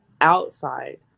outside